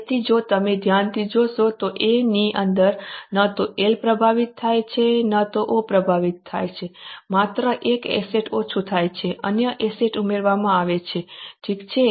તેથી જો તમે ધ્યાનથી જોશો તો A ની અંદર ન તો L પ્રભાવિત થાય છે અને ન તો O પ્રભાવિત થાય છે માત્ર એક એસેટ ઓછી થાય છે અન્ય એસેટ ઉમેરવામાં આવે છે ઠીક છે